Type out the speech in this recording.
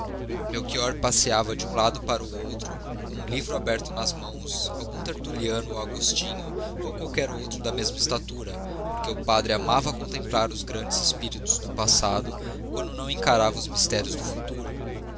um para outro lado com um livro aberto nas mãos algum tertuliano ou agostinho ou qualquer outro da mesma estatura porque o padre amava contemplar os grandes espíritos do passado quando não encarava os mistérios do futuro